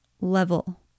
level